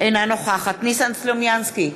אינה נוכחת ניסן סלומינסקי,